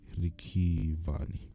Rikivani